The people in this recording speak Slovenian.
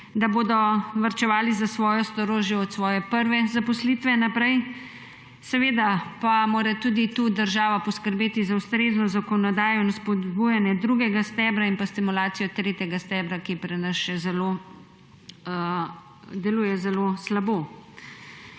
da bodo varčevali za svojo starost že od svoje prve zaposlite naprej. Seveda pa mora tudi tukaj država poskrbeti za ustrezno zakonodajo in spodbujanje drugega stebra in stimulacijo tretjega stebra, ki pri nas deluje še zelo slabo.